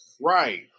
right